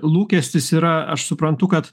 lūkestis yra aš suprantu kad